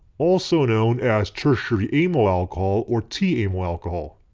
also known as tertiary amyl alcohol or t-amyl alcohol.